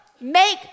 Make